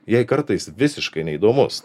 jai kartais visiškai neįdomus